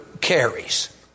carries